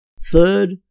Third